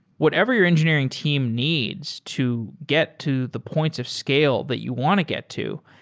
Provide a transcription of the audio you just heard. whatever your engineering team needs to get to the points of scale that you want to get to,